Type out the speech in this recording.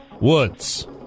Woods